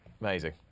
Amazing